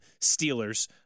Steelers